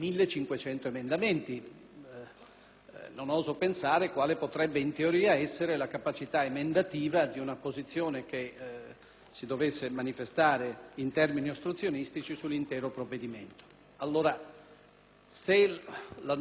che dovesse manifestarsi in termini ostruzionistici sull'intero provvedimento. Se la novità, come appare, è costituita dalla disponibilità dei Gruppi di opposizione a garantire